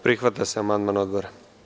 Prihvata se amandman Odbora.